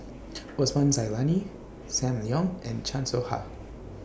Osman Zailani SAM Leong and Chan Soh Ha